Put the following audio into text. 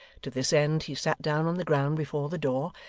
to this end, he sat down on the ground before the door,